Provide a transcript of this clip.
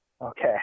okay